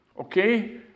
okay